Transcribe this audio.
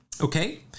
Okay